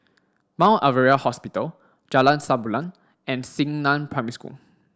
Mount Alvernia Hospital Jalan Samulun and Xingnan Primary School